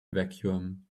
vacuum